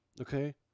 Okay